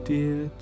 Dear